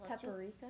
Paprika